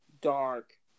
dark